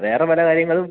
വേറ പല കാര്യങ്ങളും